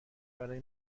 برای